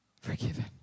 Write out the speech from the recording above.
Forgiven